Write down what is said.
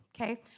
okay